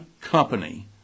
company